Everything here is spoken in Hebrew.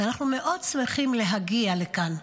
ואנחנו מאוד שמחים להגיע לכאן.